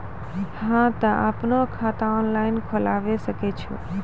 हाँ तोय आपनो खाता ऑनलाइन खोलावे सकै छौ?